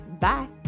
Bye